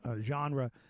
genre